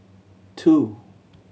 two